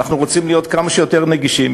ואנחנו רוצים להיות כמה שיותר נגישים,